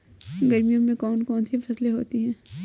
गर्मियों में कौन कौन सी फसल होती है?